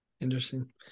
Interesting